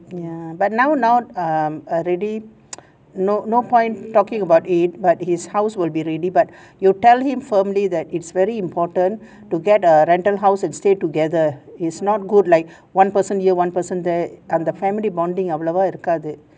ya but now now um already no no point talking about it but his house will be ready but you tell him firmly that it's very important to get a rental house and stay together is not good like one person here one person there அந்த:antha family bonding அவ்வளவா இருக்காது:avvalava irukaathu